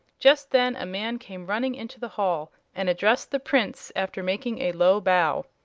just then a man came running into the hall and addressed the prince after making a low bow.